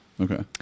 okay